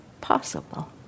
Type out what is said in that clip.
possible